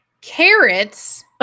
carrots